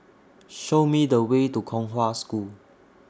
Show Me The Way to Kong Hwa School